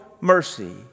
mercy